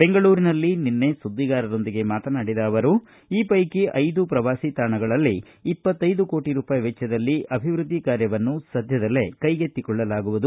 ಬೆಂಗಳೂರಿನಲ್ಲಿ ನಿನ್ನೆ ಸುದ್ದಿಗಾರರೊಂದಿಗೆ ಮಾತನಾಡಿದ ಅವರು ಈ ಪೈಕಿ ಕೋಟ ರೂಪಾಯಿ ವೆಚ್ಚದಲ್ಲಿ ಅಭಿವೃದ್ದಿ ಕಾರ್ಯವನ್ನು ಸದ್ಯದಲ್ಲೇ ಕೈಗೆತ್ತಿಕೊಳ್ಳಲಾಗುವುದು